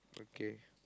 okay